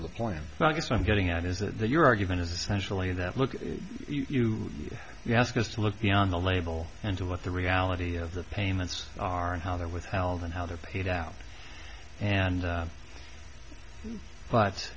of the plan so i guess i'm getting at is that your argument is essentially that look you you ask us to look beyond the label and to what the reality of the payments are and how they're withheld and how they're paid out and